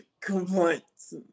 complaints